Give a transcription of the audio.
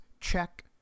Check